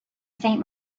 saint